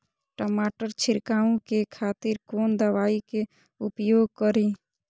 टमाटर छीरकाउ के खातिर कोन दवाई के उपयोग करी?